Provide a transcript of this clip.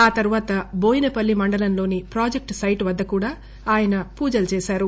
ఆ తర్వాత బోయినపల్లి మండలంలోని ప్రాజెక్టు సైట్ వద్ద కూడా ఆయన పూజలు చేశారు